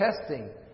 testing